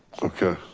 okay.